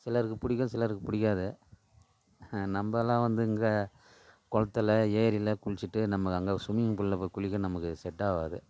சிலருக்குப் பிடிக்கும் சிலருக்குப் பிடிக்காது நம்மள்லாம் வந்து இங்கே குளத்துல ஏரியில் குளித்துட்டு நம்ம அங்கே சும்மிங் ஃபூலில் போய் குளிக்க நமக்கு செட் ஆகாது